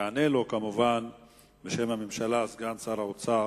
יענה לו בשם הממשלה סגן שר האוצר,